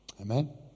Amen